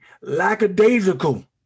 lackadaisical